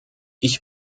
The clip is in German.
ich